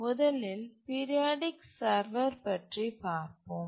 முதலில் periodic server பற்றி பார்ப்போம்